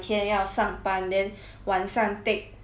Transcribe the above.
晚上 take part time study